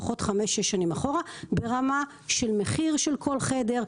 לפחות חמש-שש שנים אחורה ברמה של מחיר של כל חדר,